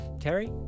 Terry